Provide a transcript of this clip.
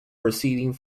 preceding